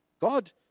God